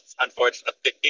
Unfortunately